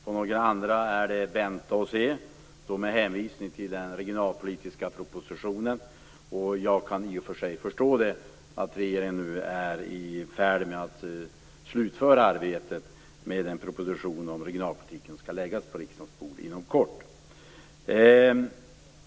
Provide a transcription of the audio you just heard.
På några andra punkter är det mera fråga om att vänta och se med hänvisning till den regionalpolitiska propositionen. Jag förstår i och för sig att regeringen nu är i färd med att slutföra arbetet med den proposition om regionalpolitiken som inom kort skall läggas på riksdagens bord.